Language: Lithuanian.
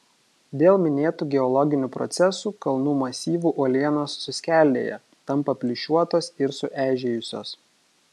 dėl minėtų geologinių procesų kalnų masyvų uolienos suskeldėja tampa plyšiuotos ir sueižėjusios